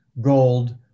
Gold